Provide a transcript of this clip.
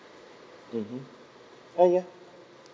mmhmm oh ya